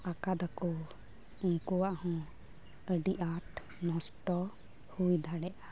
ᱟᱠᱟᱫᱟᱠᱚ ᱩᱱᱠᱚᱣᱟᱜ ᱦᱚᱸ ᱟᱹᱰᱤ ᱟᱴ ᱱᱚᱥᱴᱚ ᱦᱩᱭ ᱫᱟᱲᱮᱜᱼᱟ